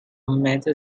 metal